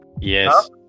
Yes